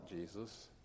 Jesus